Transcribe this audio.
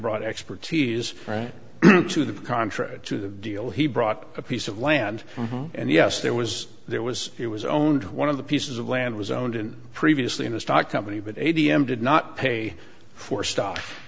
brought expertise to the contra to the deal he brought a piece of land and yes there was there was it was owned one of the pieces of land was owned and previously in a stock company but a d m did not pay for st